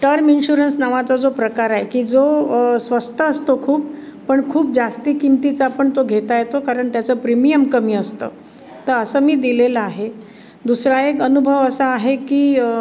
term insurance नावाचा जो प्रकार आहे की जो स्वस्त असतो खूप पण खूप जास्त किमतीचा आपण तो घेता येतो कारण त्याचं प्रिमियम कमी असतं तर असं मी दिलेलं आहे दुसरा एक अनुभव असा आहे की